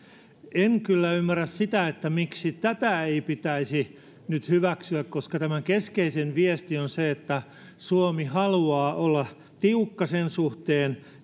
en kyllä ymmärrä sitä miksi tätä ei pitäisi nyt hyväksyä koska tämän keskeisin viesti on se että suomi haluaa olla tiukka sen suhteen